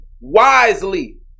wisely